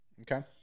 okay